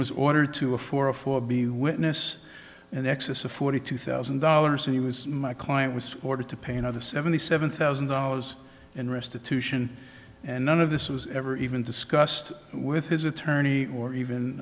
was ordered to a four a four b witness an excess of forty two thousand dollars and he was my client was ordered to pay another seventy seven thousand dollars in restitution and none of this was ever even discussed with his attorney or even